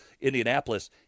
Indianapolis